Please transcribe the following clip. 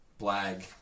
Blag